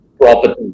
property